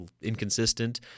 inconsistent